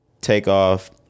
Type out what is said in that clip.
Takeoff